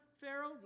Pharaoh